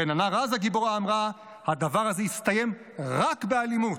רננה רז הגיבורה אמרה: הדבר הזה יסתיים רק באלימות.